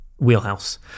wheelhouse